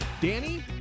Danny